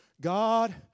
God